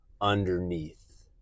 underneath